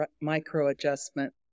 micro-adjustment